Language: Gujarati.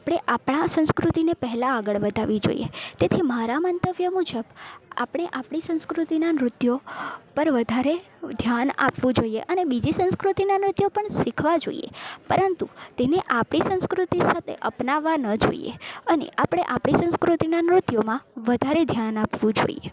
આપણે આપણાં સંસ્કૃતિને પહેલાં આગળ વધારવી જોઈએ તેથી મારા મંતવ્ય મુજબ આપણે આપણી સંસ્કૃતિના નૃત્યો પર વધારે ધ્યાન આપવું જોઈએ અને બીજી સંસ્કૃતિનાં નૃત્યો પણ શીખવા જોઈએ પરંતુ તેને આપણી સંસ્કૃતિ સાથે અપનાવવા ન જોઈએ અને આપણે આપણી સંસ્કૃતિનાં નૃત્યોમાં વધારે ધ્યાન આપવું જોઈએ